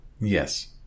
Yes